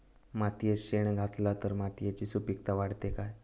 मातयेत शेण घातला तर मातयेची सुपीकता वाढते काय?